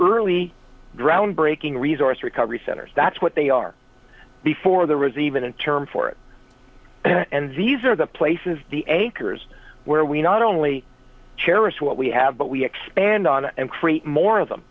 early groundbreaking resource recovery centers that's what they are before there was even a term for it and these are the places the acres where we not only cherish what we have but we expand on and create more of them